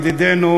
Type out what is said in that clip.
ידידנו